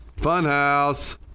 Funhouse